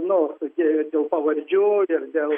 nu tokie dėl pavardžių ir dėl